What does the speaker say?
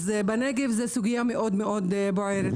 אז בנגב זו סוגיה מאוד מאוד בוערת.